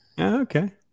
Okay